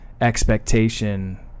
expectation